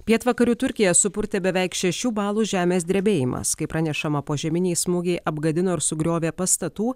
pietvakarių turkiją supurtė beveik šešių balų žemės drebėjimas kaip pranešama požeminiai smūgiai apgadino ir sugriovė pastatų